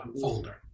folder